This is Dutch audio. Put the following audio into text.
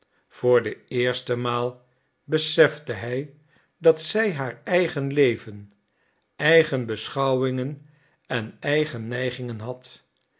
voor de eerste maal besefte hij dat zij haar eigen leven eigen beschouwingen en eigen neigingen had